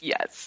Yes